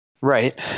Right